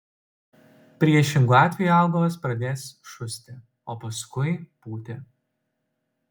priešingu atveju augalas pradės šusti o paskui pūti